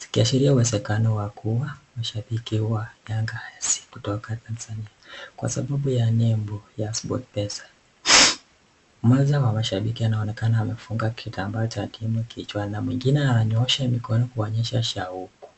zikiashilia uwezekano wa kuwa mashabiki wa Nyanga FC kutoka Tanzania, kwa sabau ya nembo ya sport pesa ,mmoja wa mashabiki anaonekana amefunga kitambaa cha timu kichwani, na mwingine anaonyoosha mikono akuonyesha shauku.